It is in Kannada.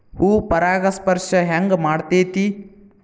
ಹೂ ಪರಾಗಸ್ಪರ್ಶ ಹೆಂಗ್ ಮಾಡ್ತೆತಿ?